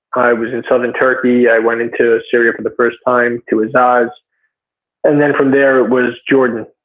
i was in southern turkey. i went into syria for the first time, to azaz. and then from there it was jordan.